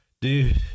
dude